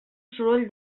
soroll